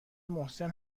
محسن